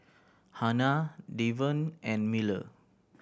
Hanna Devon and Miller